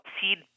seed